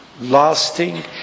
lasting